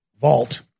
vault